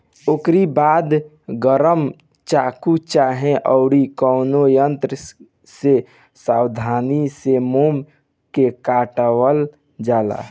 ओकरी बाद गरम चाकू चाहे अउरी कवनो यंत्र से सावधानी से मोम के हटावल जाला